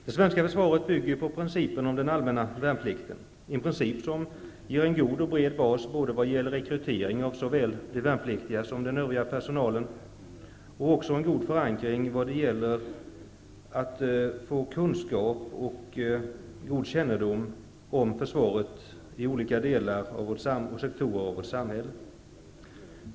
Det svenska försvaret bygger på principen om den allmänna värnplikten, en princip som ger en god och bred bas både vad gäller rekrytering av såväl de värnpliktiga som den övriga personalen och vad gäller förankring av kunskap och kännedom om försvaret i olika delar och sektorer av vårt samhälle.